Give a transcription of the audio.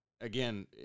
again